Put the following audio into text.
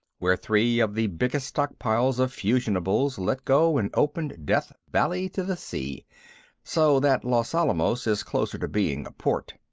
where three of the biggest stockpiles of fusionables let go and opened death valley to the sea so that los alamos is closer to being a port.